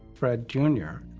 fred junior,